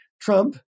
Trump